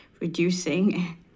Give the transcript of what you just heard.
reducing